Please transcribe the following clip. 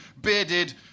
bearded